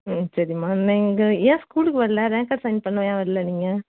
ம் சரிம்மா நீங்கள் ஏன் ஸ்கூலுக்கு வரல ரேங்க் கார்டு சைன் பண்ண ஏன் வரல நீங்கள்